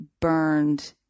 burned